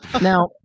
now